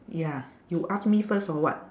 ya you ask me first or what